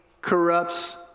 corrupts